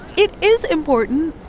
it is important,